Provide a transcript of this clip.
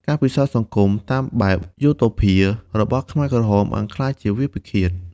ការពិសោធន៍សង្គមតាមបែបយូតូភា របស់ខ្មែរក្រហមបានក្លាយជាវាលពិឃាត។